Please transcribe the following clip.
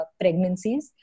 pregnancies